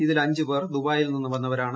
ഇതിൽ അഞ്ച് പേർ ദുബായിൽ നിന്നും വന്നവരാണ്